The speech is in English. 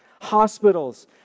Hospitals